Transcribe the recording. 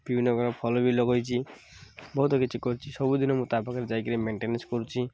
ବିଭିନ୍ନ ପ୍ରକାର ଫଳବି ଲଗେଇଛି ବହୁତ କିଛି କରିଛି ସବୁଦିନ ମୁଁ ତା ପାଖରେ ଯାଇକିରି ମେଣ୍ଟେନାନ୍ସ କରୁଛି